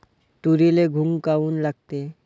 तुरीले घुंग काऊन लागते?